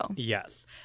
Yes